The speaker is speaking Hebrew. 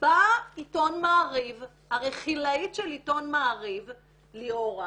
בא עיתון מעריב, הרכילאית של עיתון מעריב, ליאורה,